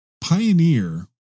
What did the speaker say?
Pioneer